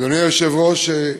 אדוני היושב-ראש,